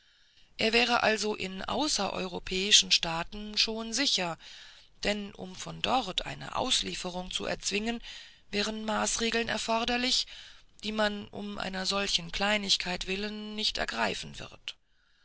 er wäre also in außereuropäischen staaten schon sicher denn um von dort eine auslieferung zu erzwingen wären maßregeln erforderlich die man um einer solchen kleinigkeit willen nicht ergreifen wird